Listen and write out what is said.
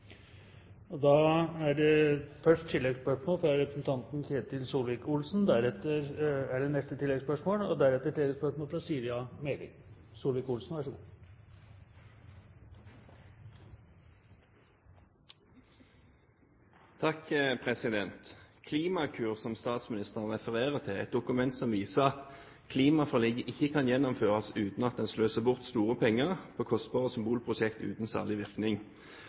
og derfor satser vi på kollektivtransport og mange andre viktige tiltak for å få ned utslippene. Ketil Solvik-Olsen – til oppfølgingsspørsmål. Klimakur, som statsministeren refererer til, er et dokument som viser at klimaforliket ikke kan gjennomføres uten at en sløser bort store penger på kostbare symbolprosjekter uten særlig virkning.